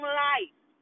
life